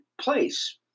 place